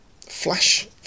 flash